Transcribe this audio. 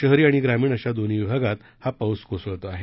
शहरी आणि ग्रामीण अशा दोन्ही विभागात हा पाऊस कोसळत आहे